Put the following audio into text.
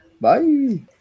Bye